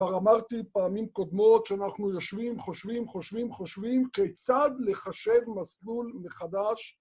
כבר אמרתי פעמים קודמות שאנחנו יושבים, חושבים, חושבים, חושבים, כיצד לחשב מסלול מחדש